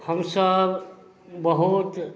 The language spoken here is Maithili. हमसभ बहुत